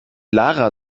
lara